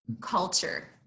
culture